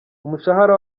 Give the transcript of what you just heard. umushahara